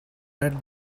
read